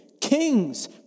Kings